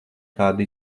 tādu